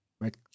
Right